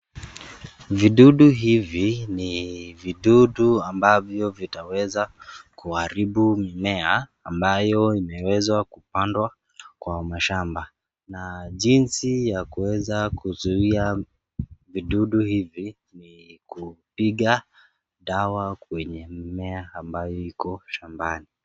Vidudu hivi, ni vidudu ambavyo vitaweza kuaribu mimea, ambayo imeweza kupandwa, kwa mashamba, na jinsi ya kuweza kuzuia vidudu hivi, ni ku piga, dawa kwenye mimea ambayo iko shambani.